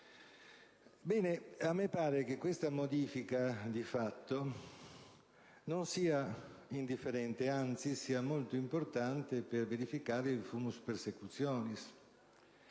Ebbene, a me pare che questa modifica di fatto non sia indifferente; anzi, sia molto importante per verificare il *fumus* *persecutionis*.